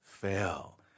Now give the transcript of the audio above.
fail